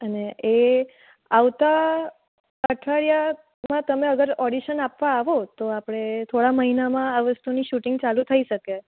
અને એ આવતા અઠવાડીયામાં તમે અગર ઓડિશન આપવા આવો તો આપણે થોડા મહિનામાં આ વસ્તુની શૂટિંગ ચાલુ થઈ શકે